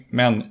men